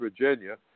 Virginia